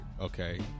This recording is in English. okay